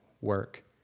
work